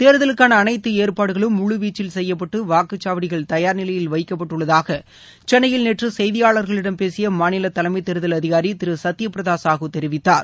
தேர்தலுக்காள அனைத்து ஏற்பாடுகளும் முழுவீச்சில் செய்யப்பட்டு வாக்குச்சாவடிகள் தயார் நிலையில் வைக்கப்பட்டுள்ளதாக சென்னையில் நேற்று செய்தியாளர்களிடம் பேசிய மாநில தலைமை தேர்தல் அதிகாரி திரு சத்யபிரத சாகு தெரிவித்தார்